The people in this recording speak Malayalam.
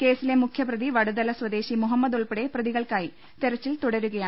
കേസിലെ മുഖ്യ പ്രതി വടു തല സ്വദേശി മുഹമ്മദ് ഉൾപ്പെടെ പ്രതികൾക്കായി തെരച്ചിൽ തുടരുകയാണ്